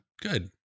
good